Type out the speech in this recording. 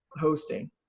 hosting